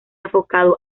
enfocado